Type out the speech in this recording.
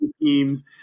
teams